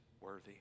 worthy